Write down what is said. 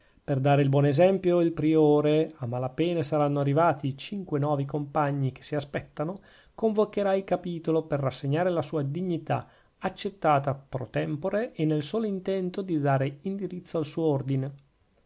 per dare il buon esempio il priore a mala pena saranno arrivati i cinque nuovi compagni che si aspettano convocherà il capitolo per rassegnare la sua dignità accettata pro tempore e nel solo intento di dare indirizzo al suo ordine